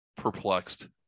perplexed